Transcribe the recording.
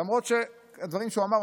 למרות שאת הדברים שהוא אמר,